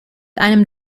einem